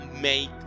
make